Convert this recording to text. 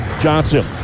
Johnson